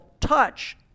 touch